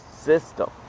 system